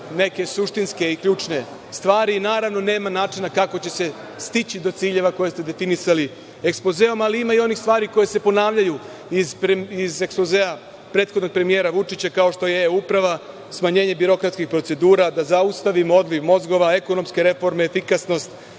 neke suštinske i ključne stvari. Naravno, nema načina kako će se stići do ciljeva koje ste definisali ekspozeom, ali ima i onih stvari koje se ponavljaju iz ekspozea prethodnog premijera Vučića, kao što je uprava, smanjenje birokratskih procedura, da zaustavimo odliv mozgova, ekonomske reforme, efikasnost,